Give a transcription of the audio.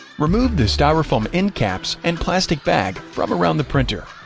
remove the styrofoam end caps and plastic bag from around the printer.